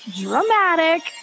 dramatic